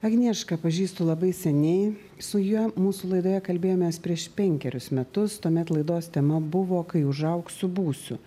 agniešką pažįstu labai seniai su ja mūsų laidoje kalbėjomės prieš penkerius metus tuomet laidos tema buvo kai užaugsiu būsiu